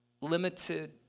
limited